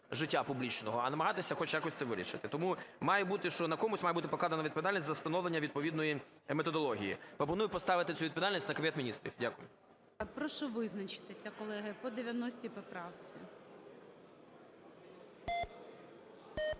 життя публічного, а намагатися хоч якось це вирішити. Тому має бути, що на комусь має бути покладена відповідальність за встановлення відповідної методології. Пропоную поставити цю відповідальність на Кабінет Міністрів. Дякую. ГОЛОВУЮЧИЙ. Прошу визначатися, колеги, по 90 поправці.